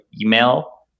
email